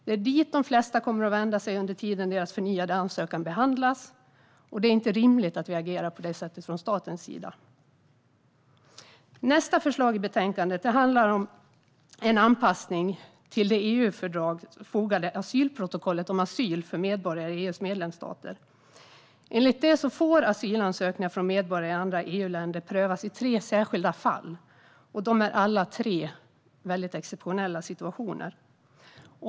Det är dit de flesta kommer att vända sig under tiden deras förnyade ansökan behandlas. Det är inte rimligt att vi agerar på det sättet från statens sida. Nästa förslag i betänkandet handlar om en anpassning till det EU-fördraget fogade asylprotokollet om asyl för medborgare i EU:s medlemsstater. Enligt det får asylansökningar från medborgare i andra EU-länder prövas i tre särskilda fall, och de är alla tre exceptionella situationer.